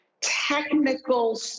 technical